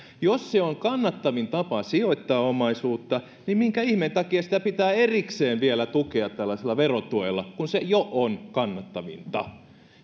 jos se on kannattavin tapa sijoittaa omaisuutta minkä ihmeen takia sitä pitää erikseen vielä tukea tällaisella verotuella kun se jo on kannattavinta